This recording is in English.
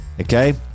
Okay